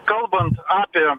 kalbant apie